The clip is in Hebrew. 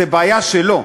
זו בעיה שלו,